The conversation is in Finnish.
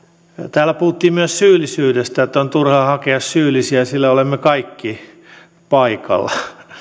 täällä puhuttiin myös syyllisyydestä että on turhaa hakea syyllisiä sillä olemme kaikki paikalla